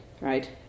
right